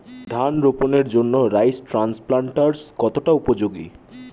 ধান রোপণের জন্য রাইস ট্রান্সপ্লান্টারস্ কতটা উপযোগী?